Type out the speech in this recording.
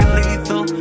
lethal